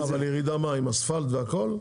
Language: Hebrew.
אבל מה, ירידה עם אספלט והכל?